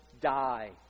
die